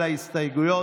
אדלשטיין,